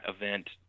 event